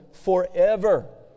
Forever